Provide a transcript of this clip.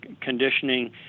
conditioning